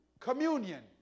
Communion